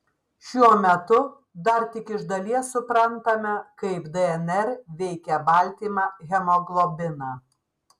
šiuo metu dar tik iš dalies suprantame kaip dnr veikia baltymą hemoglobiną